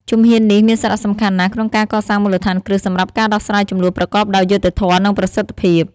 ជំហាននេះមានសារៈសំខាន់ណាស់ក្នុងការកសាងមូលដ្ឋានគ្រឹះសម្រាប់ការដោះស្រាយជម្លោះប្រកបដោយយុត្តិធម៌ និងប្រសិទ្ធភាព។